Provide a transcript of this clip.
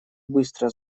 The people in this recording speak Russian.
быстро